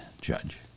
judge